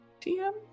TM